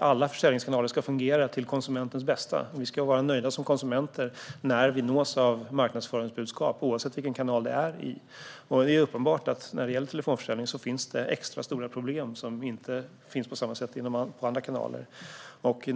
Alla försäljningskanaler ska fungera till konsumentens bästa. Vi konsumenter ska vara nöjda när vi nås av marknadsföringsbudskap oavsett vilken kanal det är i. Det är uppenbart att det finns extra stora problem i telefonförsäljningen - problem som inte finns i andra kanaler.